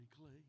clay